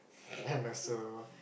and also